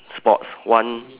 spots one